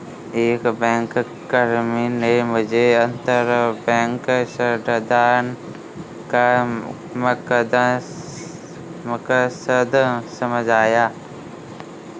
एक बैंककर्मी ने मुझे अंतरबैंक ऋणदान का मकसद समझाया